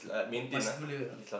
got muscular ah